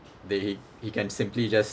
that he he can simply just